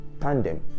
tandem